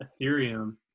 ethereum